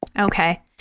Okay